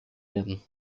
werden